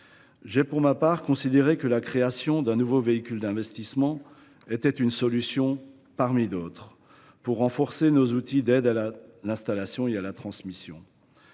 J’ai, pour ma part, considéré que la création d’un nouveau véhicule d’investissement était une solution parmi d’autres pour renforcer nos outils d’aide à l’installation et à la transmission.